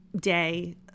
day